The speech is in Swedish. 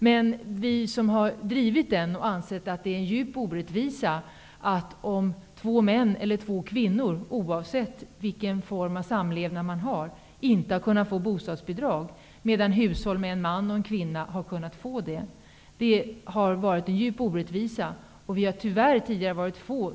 Men vi som har drivit den och som har ansett att det är en djup orättvisa att två män eller två kvinnor, oavsett vilken form av samlevnad man har, inte har kunnat få bostadsbidrag, medan hushåll med en man och en kvinna har kunnat få det, har tyvärr tidigare varit få.